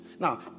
Now